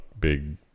big